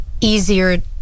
easier